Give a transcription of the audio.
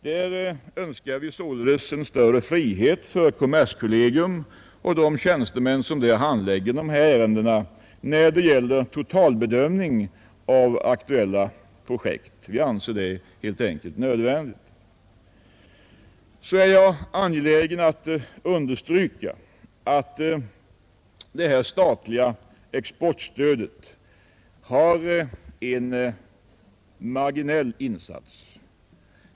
Vi önskar således en större frihet för kommerskollegium och de tjänstemän som där handlägger de här ärendena när det gäller totalbedömning av aktuella projekt. Vi anser det helt enkelt nödvändigt. Jag är angelägen att understryka att det statliga exportstödet är en marginell insats.